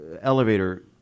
elevator